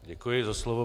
Děkuji za slovo.